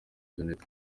jeannette